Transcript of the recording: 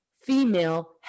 female